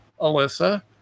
Alyssa